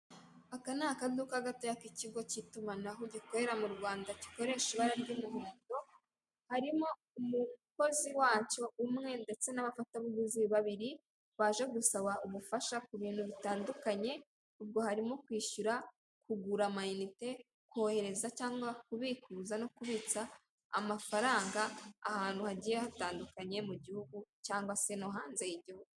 Aka ni akaduka gato k'ikigo cy'itumanaho gikorera mu Rwanda gikoresha ibara ry'umuhondo, harimo umukozi wacyo umwe ndetse n'abafatabuguzi babiri baje gusaba ubufasha ku bintu bitandukanye ubwo harimo kwishyura, kugura amayinite, kohereza cyangwa kubikuza no kubitsa amafaranga ahantu hagiye hatandukanye mu gihugu cyangwa se no hanze y'igihugu.